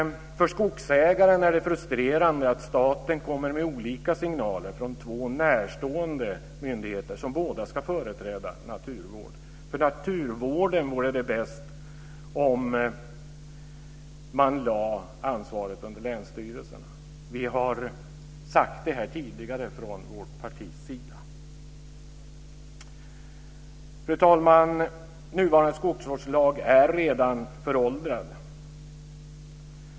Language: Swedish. För skogsägaren är det frustrerande att staten kommer med olika signaler från två närstående myndigheter som båda ska företräda naturvård. För naturvården vore det bäst om man lade ansvaret under länsstyrelsen. Vi har sagt det här tidigare från vårt partis sida. Fru talman! Nuvarande skogsvårdslag är redan föråldrad.